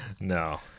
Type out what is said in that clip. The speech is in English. No